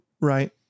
Right